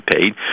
paid